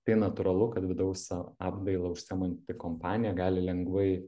tai natūralu kad vidaus a apdaila užsiemanti kompanija gali lengvai